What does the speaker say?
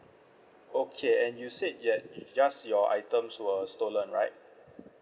okay and you said yet it's just your items were stolen right